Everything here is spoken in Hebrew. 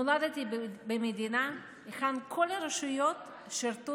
נולדתי במדינה היכן שכל הרשויות שירתו